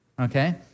Okay